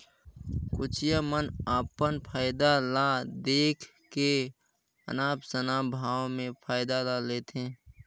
कोचिया मन अपन फायदा ल देख के अनाप शनाप भाव में फसल ल लेथे